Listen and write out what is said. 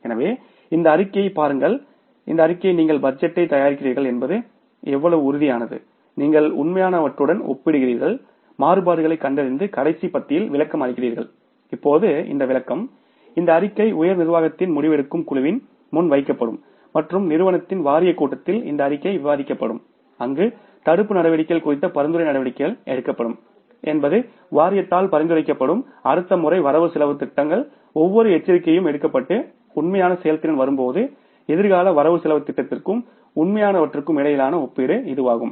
எனவே இந்த அறிக்கையைப் பாருங்கள் இந்த அறிக்கையை நீங்கள் பட்ஜெட்டைத் தயாரிக்கிறீர்கள் என்பது எவ்வளவு உறுதியானது நீங்கள் உண்மையானவற்றுடன் ஒப்பிடுகிறீர்கள் மாறுபாடுகளைக் கண்டறிந்து கடைசி பத்தியில் விளக்கம் அளிக்கிறீர்கள் இப்போது இந்த விளக்கம் இந்த அறிக்கை உயர் நிர்வாகத்தின் முடிவெடுக்கும் குழுவின் முன் வைக்கப்படும் மற்றும் நிறுவனத்தின் வாரியக் கூட்டத்தில் இந்த அறிக்கை விவாதிக்கப்படும் அங்கு தடுப்பு நடவடிக்கைகள் குறித்த பரிந்துரை நடவடிக்கைகள் எடுக்கப்படும் என்பது வாரியத்தால் பரிந்துரைக்கப்படும் அடுத்த முறை வரவு செலவுத் திட்டங்கள் ஒவ்வொரு எச்சரிக்கையும் எடுக்கப்பட்டு உண்மையான செயல்திறன் வரும்போது எதிர்கால வரவுசெலவுத் திட்டத்திற்கும் உண்மையானவற்றுக்கும் இடையிலான ஒப்பீடு இதுவாகும்